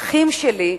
האחים שלי,